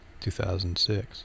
2006